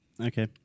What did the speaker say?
Okay